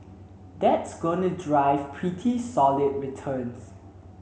that's going drive pretty solid returns